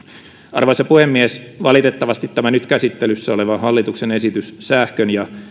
arvoisa puhemies valitettavasti tämä nyt käsittelyssä oleva hallituksen esitys sähkön ja